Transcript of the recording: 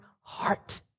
heart